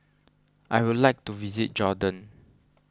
I would like to visit Jordan